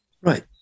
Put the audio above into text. Right